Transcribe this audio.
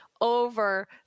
over